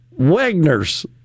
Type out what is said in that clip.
Wegner's